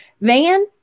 van